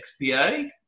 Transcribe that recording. XPA